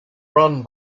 run